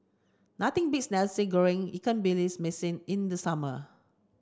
nothing beats Nasi Goreng Ikan billions Masin in the summer